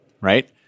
right